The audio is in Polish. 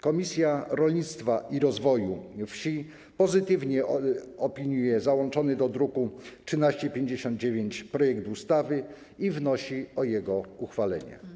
Komisja Rolnictwa i Rozwoju Wsi pozytywnie opiniuje załączony do druku nr 1359 projekt ustawy i wnosi o jego uchwalenie.